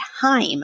time